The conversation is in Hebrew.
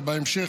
ובהמשך